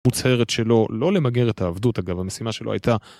מוצהרת שלא למגר את העבדות אגב המשימה שלו הייתה